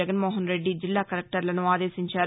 జగన్మోహన్రెడ్డి జిల్లా కలెక్లర్లను ఆదేశించారు